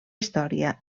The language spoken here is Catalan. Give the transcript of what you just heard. història